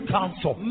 Council